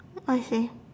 what you say